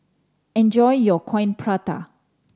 enjoy your Coin Prata